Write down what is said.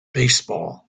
baseball